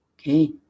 okay